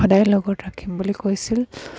সদায় লগত ৰাখিম বুলি কৈছিল